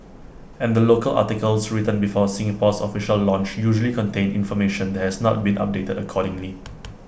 and the local articles written before Singapore's official launch usually contain information that has not been updated accordingly